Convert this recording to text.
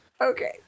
Okay